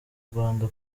rwanda